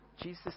Jesus